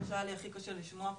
מה שהיה לי הכי קשה לשמוע פה,